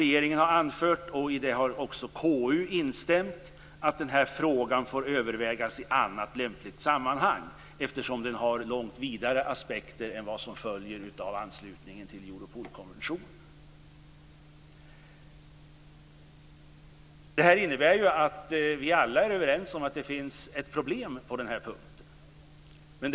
Regeringen har anfört - och även KU har instämt i detta - att frågan får övervägas i annat lämpligt sammanhang eftersom den har långt vidare aspekter än vad som följer av anslutningen till Europolkonventionen. Detta innebär att vi alla är överens om att det finns ett problem på den här punkten.